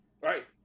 right